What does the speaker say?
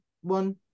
one